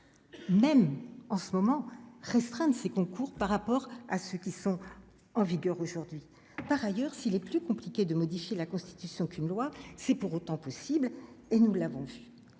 même en ce moment, restreindre ses concours par rapport à ceux qui sont en vigueur aujourd'hui, par ailleurs, si les plus compliqué de modifier la Constitution, qu'une loi, c'est pour autant possible et nous l'avons vu